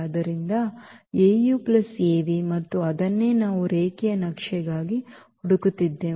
ಆದ್ದರಿಂದ AuAv ಮತ್ತು ಅದನ್ನೇ ನಾವು ರೇಖೀಯ ನಕ್ಷೆಗಾಗಿ ಹುಡುಕುತ್ತಿದ್ದೆವು